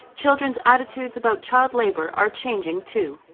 children's attitudes about child labour are changing, too.